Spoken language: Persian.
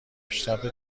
پیشرفت